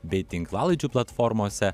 bei tinklalaidžių platformose